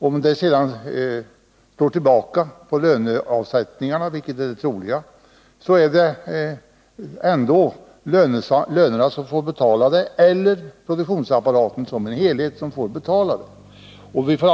Om detta sedan slår tillbaka på löneavsättningarna, vilket är det troliga, blir det ändå lönerna eller produktionsapparaten som helhet som får betala finansieringen.